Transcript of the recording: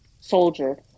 soldier